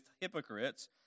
hypocrites